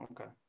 Okay